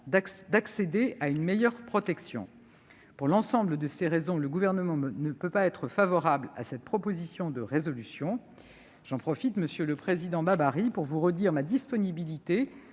d'accéder à une meilleure protection. Pour l'ensemble de ces raisons, le Gouvernement ne peut pas être favorable à cette proposition de résolution. Monsieur le président Babary, je vous le redis, je reste